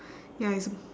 ya it's a